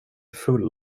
full